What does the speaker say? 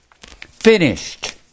finished